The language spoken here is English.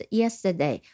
yesterday